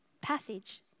passage